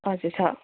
हजुर छ